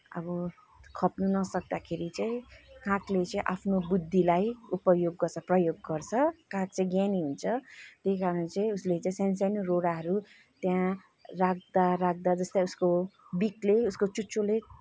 अब खप्नु नसक्दाखेरि चाहिँ कागले चाहिँ आफ्नो बुद्धिलाई उपयोग गर्छ प्रयोग गर्छ काग चाहिँ ज्ञानी हुन्छ त्यही कारणले उसले चाहिँ सानसानो रोडाहरू त्यहाँ राख्दा राख्दा जस्तै अब उसको बिकले उसको चुच्चोले